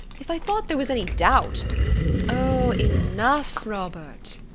if i thought there was any doubt oh, enough, robert!